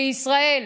בישראל.